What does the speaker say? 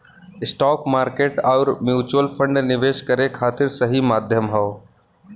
stock market आउर mutual fund निवेश करे खातिर सही माध्यम हौ